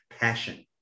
passion